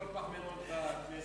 פחמימות פשוטות,